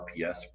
RPS